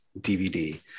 DVD